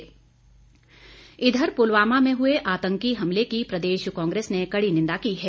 शोक इधर पुलवामा में हए आतंकी हमले की प्रदेश कांग्रेस ने कड़ी निंदा की है